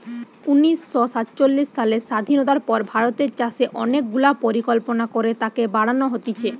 উনিশ শ সাতচল্লিশ সালের স্বাধীনতার পর ভারতের চাষে অনেক গুলা পরিকল্পনা করে তাকে বাড়ান হতিছে